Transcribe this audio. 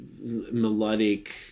melodic